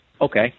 okay